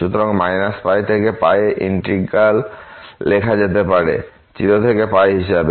সুতরাং π থেকে এ এই ইন্টিগ্র্যাল লেখা যেতে পারে 0 থেকে হিসাবে